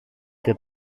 και